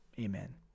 Amen